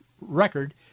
record